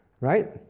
Right